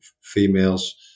females